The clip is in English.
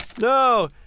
No